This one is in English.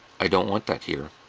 i don't want that here.